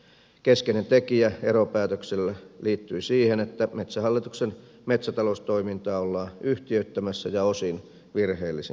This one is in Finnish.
keskeinen tekijä eropäätöksessä liittyi siihen että metsähallituksen metsätaloustoimintaa ollaan yhtiöittämässä ja osin virheellisin perustein